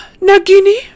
Nagini